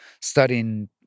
studying